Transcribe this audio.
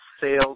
sales